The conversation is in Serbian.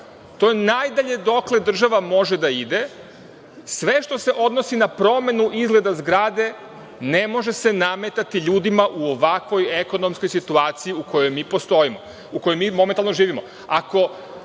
je najdalje dokle država može da ide. Sve što se odnosi na promenu izgleda zgrade ne može se nametati ljudima u ovakvoj ekonomskoj situaciji u kojoj mi momentalno živimo.